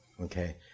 Okay